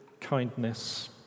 kindness